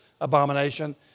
abomination